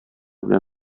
белән